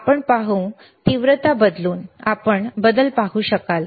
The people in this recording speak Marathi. आपण पहा तीव्रता बदलून आपण बदल पाहू शकाल